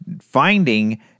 finding